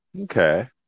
Okay